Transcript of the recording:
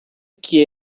que